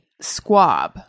squab